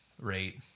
rate